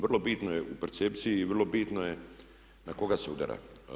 Vrlo bitno je u percepciji, vrlo bitno je na koga se udara.